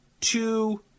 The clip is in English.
two